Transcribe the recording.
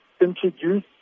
introduce